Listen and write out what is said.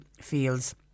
feels